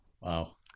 Wow